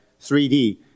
3D